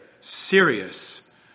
serious